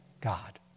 God